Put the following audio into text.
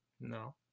No